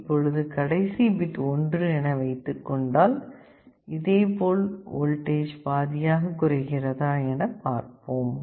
இப்பொழுது கடைசி பிட் 1 என வைத்துக்கொண்டால் இதேபோல் வோல்டேஜ் பாதியாக குறைகிறதா என பார்ப்போம்